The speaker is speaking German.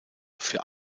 für